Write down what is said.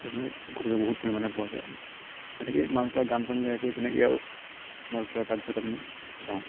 মানে গতিকে বহুত পৰিমাণে পোৱা যায় আমি তেনেকৈয়ে মাছ ধৰা গান চান গায় কৰি তেনেকৈয়ে আৰু মাছ ধৰা কাৰ্যত আমি যাওঁ